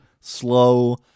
slow